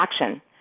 action